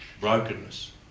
brokenness